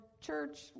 church